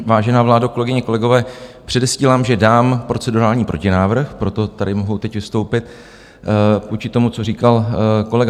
Vážená vládo, kolegyně, kolegové, předesílám, že dám procedurální protinávrh, proto tady mohu teď vystoupit vůči tomu, co říkal kolega Nacher.